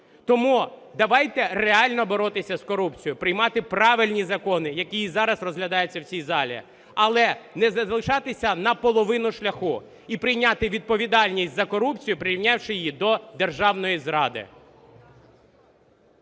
Тому давайте реально боротися з корупцією, приймати правильні закони, які і зараз розглядаються в цій залі, але не залишатися на половині шляху і прийняти відповідальність за корупцію, прирівнявши її до державної зради.